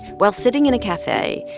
while sitting in a cafe,